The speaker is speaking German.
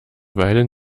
weilen